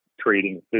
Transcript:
trading